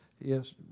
yes